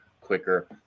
quicker